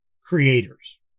creators